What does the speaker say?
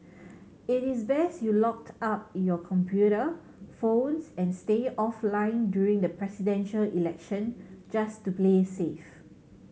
it is best you locked up your computer phones and stay offline during the Presidential Election just to play safe